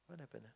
what happened ah